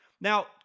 Now